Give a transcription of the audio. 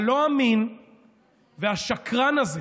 הלא-אמין והשקרן הזה